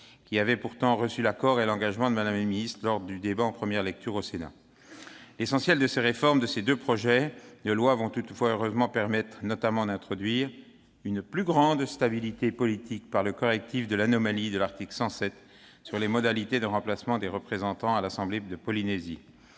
qui avaient pourtant fait l'objet d'un accord et d'un engagement de Mme la ministre lors de la première lecture au Sénat. L'essentiel des réformes prévues par ces deux projets de loi vont toutefois, heureusement, permettre notamment d'introduire une plus grande stabilité politique grâce à la correction de l'anomalie de l'article 107 relatif aux modalités de remplacement des représentants à l'assemblée de Polynésie